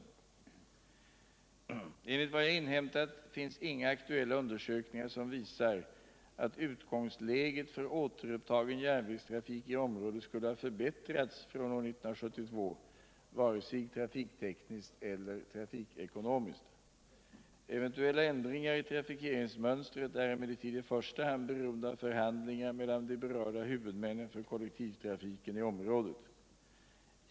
Enligt vad jag inhämtat finns inga aktuella undersökningar som visar att utgångsläget för återupptagen järnvägstrafik i området skulle ha förbättrats från år 1972, vare sig trafiktekniskt eller trafikekonomiskt. Eventuella ändringar i trafikeringsmönstret är emellertid i första hand beroende av förhandlingar mellan de berörda huvudmännen för kollektivtrafiken i området.